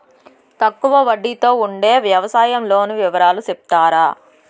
తక్కువ వడ్డీ తో ఉండే వ్యవసాయం లోను వివరాలు సెప్తారా?